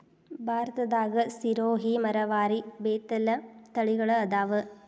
ಭಾರತದಾಗ ಸಿರೋಹಿ, ಮರವಾರಿ, ಬೇತಲ ತಳಿಗಳ ಅದಾವ